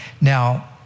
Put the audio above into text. Now